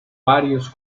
varios